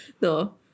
No